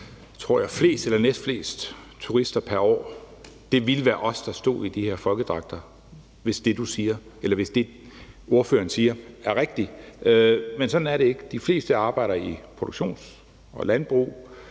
har, tror jeg, flest eller næstflest turister pr. år. Det ville være os, der stod i de her folkedragter, hvis det, ordføreren siger, er rigtigt. Men sådan er det ikke. De fleste arbejder i produktion og landbrug,